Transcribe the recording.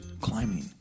Climbing